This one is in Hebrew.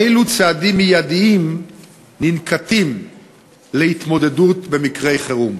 אילו צעדים מיידיים ננקטים להתמודדות במקרי חירום?